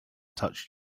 touched